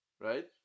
Right